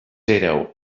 éreu